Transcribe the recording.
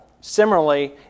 Similarly